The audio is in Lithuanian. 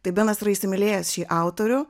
tai benas yra įsimylėjęs šį autorių